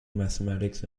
mathematics